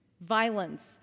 violence